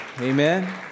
Amen